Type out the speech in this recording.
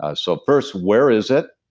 ah so first, where is it?